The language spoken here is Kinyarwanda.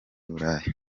burayi